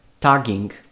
tagging